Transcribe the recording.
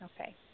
Okay